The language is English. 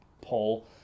poll